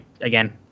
again